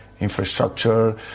infrastructure